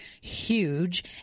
huge